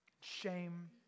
shame